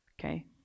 okay